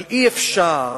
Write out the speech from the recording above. אבל אי-אפשר,